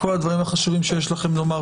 כל הדברים החשובים שיש לכם לומר,